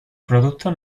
productos